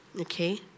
okay